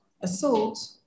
assault